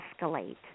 escalate